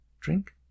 Drink